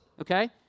Okay